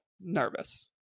nervous